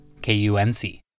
KUNC